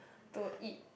to eat